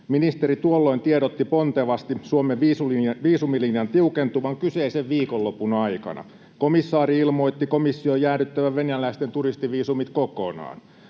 Ministeri tuolloin tiedotti pontevasti Suomen viisumilinjan tiukentuvan kyseisen viikonlopun aikana. Komissaari ilmoitti komission jäädyttävän venäläisten turistiviisumit kokonaan.